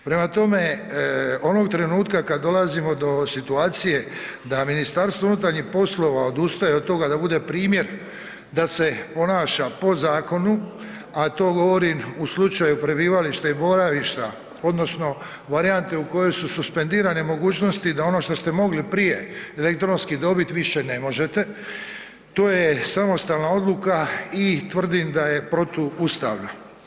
Prema tome, onog trenutka kad dolazimo do situacije da MUP odustaje od toga da bude primjer da se ponaša po zakonu a to govorim u slučaju prebivališta i boravišta odnosno varijante u kojoj su suspendirane mogućnosti da ono što ste mogli prije elektronski dobit, više ne možete, to je samostalna odluka i tvrdim da je protuustavno.